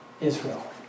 Israel